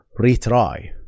retry